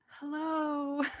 hello